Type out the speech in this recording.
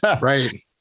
Right